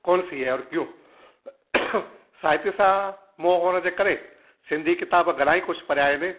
कौन सी है और कयूं साहित्य सां मो हुअण जे करे सिंधी किताब घणा ई कुझु पढ़िया आहिनि